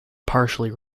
partially